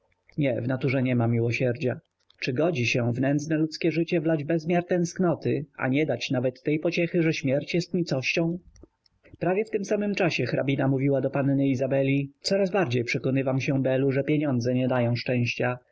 w naturze niema miłosierdzia czy godzi się w nędzne ludzkie serce wlać bezmiar tęsknoty a nie dać nawet tej pociechy że śmierć jest nicością prawie w tym samym czasie hrabina mówiła do panny izabeli coraz bardziej przekonywam się belu że pieniądze nie dają szczęścia